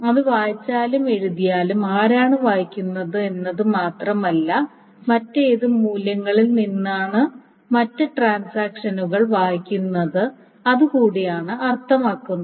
അത് വായിച്ചാലും എഴുതിയാലും ആരാണ് വായിക്കുന്നത് എന്നത് മാത്രമല്ല മറ്റ് ഏത് മൂല്യങ്ങളിൽ നിന്നാണ് മറ്റ് ഇടപാടുകൾ വായിക്കുന്നത് അതു കൂടിയാണ് അർത്ഥമാക്കുന്നത്